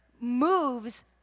moves